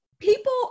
People